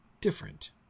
different